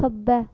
खब्बै